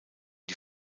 die